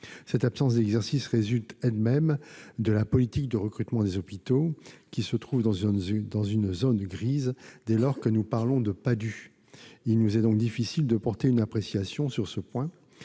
Cette absence d'exercice découle elle-même de la politique de recrutement des hôpitaux, qui se trouvent dans une zone grise dès lors que nous parlons de Padhue. Il nous est donc difficile de porter une appréciation sur ce point.